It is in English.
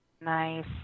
Nice